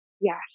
yes